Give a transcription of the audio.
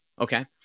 Okay